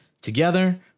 Together